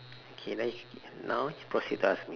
K let's now proceed to asking me